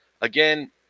Again